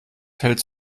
hältst